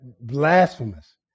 blasphemous